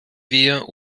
wir